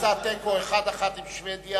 יצא תיקו, 1:1, עם שבדיה.